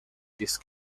these